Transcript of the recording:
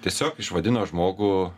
tiesiog išvadino žmogų